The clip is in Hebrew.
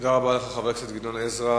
תודה רבה לך, חבר הכנסת גדעון עזרא.